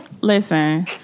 Listen